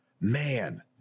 Man